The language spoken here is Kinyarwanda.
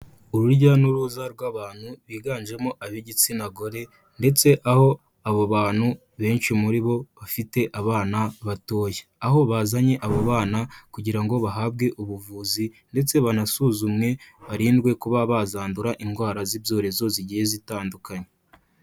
Urujya n'uruza rw'abantu biganjemo ab'igitsina gore ndetse aho abo bantu benshi muri bo bafite abana batoya, aho bazanye abo bana kugira ngo bahabwe ubuvuzi ndetse banasuzumwe barindwe kuba bazandura indwara z'ibyorezo zigiye zitandukanye.